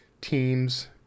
teams